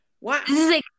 wow